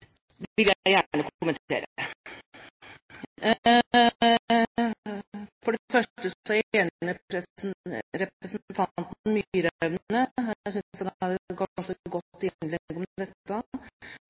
informasjon, vil jeg gjerne kommentere. For det første er jeg enig med representanten Myraune. Jeg synes han hadde et ganske godt